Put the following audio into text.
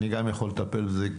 גם אני יכול לטפל בזה,